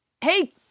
Hey